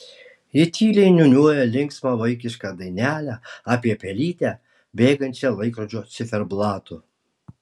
ji tyliai niūniuoja linksmą vaikišką dainelę apie pelytę bėgančią laikrodžio ciferblatu